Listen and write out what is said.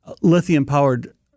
lithium-powered